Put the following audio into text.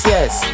Yes